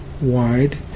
wide